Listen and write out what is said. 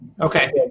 Okay